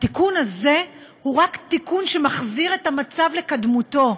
התיקון הזה רק מחזיר את המצב לקדמותו.